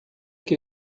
que